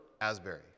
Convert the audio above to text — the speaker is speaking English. Asbury